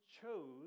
chose